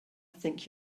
think